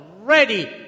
ready